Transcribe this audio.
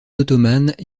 ottomanes